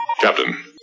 Captain